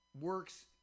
works